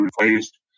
replaced